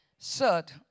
Third